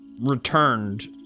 returned